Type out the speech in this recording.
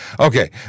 Okay